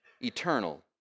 eternal